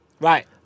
Right